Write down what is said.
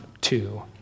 two